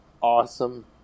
awesome